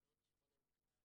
בהוד השרון